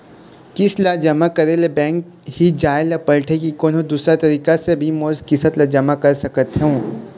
किस्त ला जमा करे ले बैंक ही जाए ला पड़ते कि कोन्हो दूसरा तरीका से भी मोर किस्त ला जमा करा सकत हो?